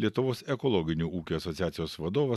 lietuvos ekologinių ūkių asociacijos vadovas